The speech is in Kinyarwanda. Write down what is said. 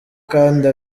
kandi